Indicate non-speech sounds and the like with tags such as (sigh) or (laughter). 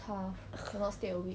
(laughs)